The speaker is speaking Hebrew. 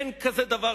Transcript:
אין כזה דבר.